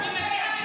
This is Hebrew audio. היא מגיעה אלינו.